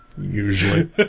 Usually